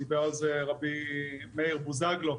דיבר על זה רבי מאיר בוזגלו,